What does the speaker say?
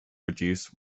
produce